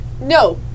no